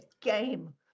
game